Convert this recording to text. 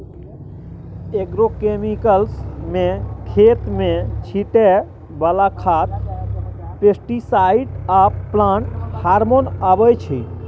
agrochemicals मे खेत मे छीटय बला खाद, पेस्टीसाइड आ प्लांट हार्मोन अबै छै